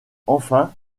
enfin